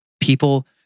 people